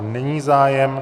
Není zájem.